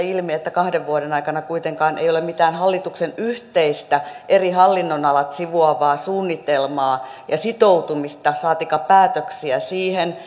ilmi että kahden vuoden aikana kuitenkaan ei ole mitään hallituksen yhteistä eri hallinnonalat sivuavaa suunnitelmaa ja sitoutumista saatikka päätöksiä siihen